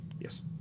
Yes